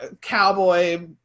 cowboy